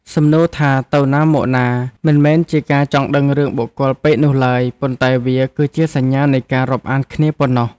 សំណួរថាទៅណាមកណា មិនមែនជាការចង់ដឹងរឿងបុគ្គលពេកនោះឡើយ ប៉ុន្តែវាគឺជាសញ្ញានៃការរាប់អានគ្នាប៉ុណ្ណោះ។